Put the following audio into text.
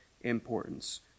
importance